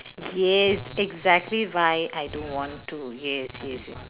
yes exactly why I don't want to yes yes